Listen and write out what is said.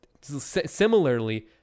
Similarly